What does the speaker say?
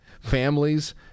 families